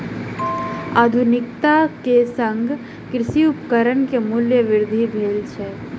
आधुनिकता के संग कृषि उपकरण के मूल्य वृद्धि भेल अछि